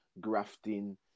grafting